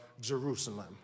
Jerusalem